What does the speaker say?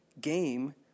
game